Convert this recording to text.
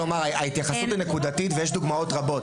ההתייחסות היא נקודתית ויש דוגמאות רבות.